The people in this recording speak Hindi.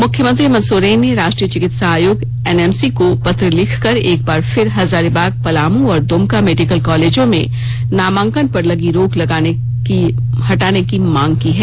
मुख्यमंत्री हेमंत सोरेन ने राष्ट्रीय चिकित्सा आयोग एनएमसी को पत्र लिखकर एक बार फिर हजारीबाग पलामू और दुमका मेडिकल कॉलेजों में नामांकन पर लगी रोक हटाने की मांग की है